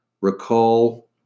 Recall